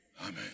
Amen